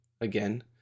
again